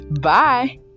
bye